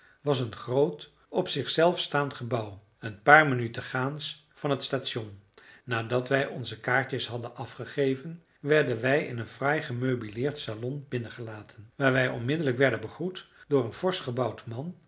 was een groot op zich zelf staand gebouw een paar minuten gaans van het station nadat wij onze kaartjes hadden afgegeven werden wij in een fraai gemeubileerd salon binnengelaten waar wij onmiddellijk werden begroet door een forsch gebouwd man